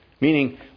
Meaning